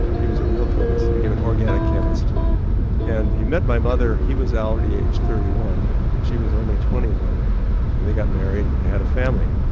he was a real chemist, he became an organic chemist and he met my mother, he was already aged thirty one and she was only twenty one and they got married and had a family.